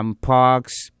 Parks